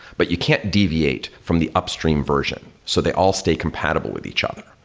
but you can't deviate from the upstream version. so they all stay compatible with each other.